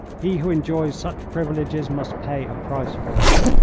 he who enjoys such privileges must pay a price for them.